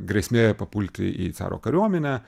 grėsmė papulti į caro kariuomenę